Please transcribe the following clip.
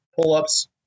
pull-ups